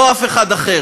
בוא נראה.